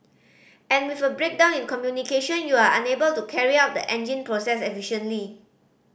and with a breakdown in communication you are unable to carry out the engine process efficiently